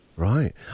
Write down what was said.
Right